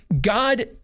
God-